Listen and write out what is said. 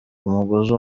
umugozi